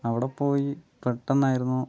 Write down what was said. അവിടെ പോയി പെട്ടന്നായിരുന്നു